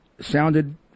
sounded